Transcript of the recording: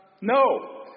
No